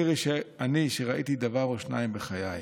אני, שראיתי דבר או שניים בחיי,